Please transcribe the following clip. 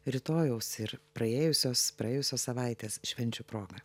rytojaus ir praėjusios praėjusios savaitės švenčių proga